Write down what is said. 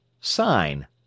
Sign